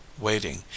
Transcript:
waiting